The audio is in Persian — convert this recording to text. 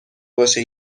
باشه